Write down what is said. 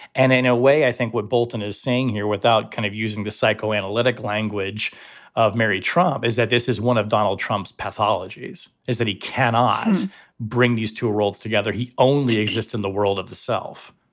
and in a way, i think what bolton is saying here, without kind of using the psychoanalytic language of mary trump, is that this is one of donald trump's pathologies, is that he cannot bring these two worlds together. he only exists in the world of the self